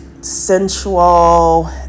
sensual